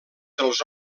dels